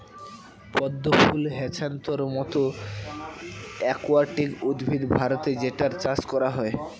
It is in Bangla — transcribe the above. পদ্ম ফুল হ্যাছান্থর মতো একুয়াটিক উদ্ভিদ ভারতে যেটার চাষ করা হয়